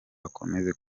akomeze